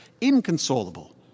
inconsolable